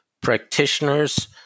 practitioners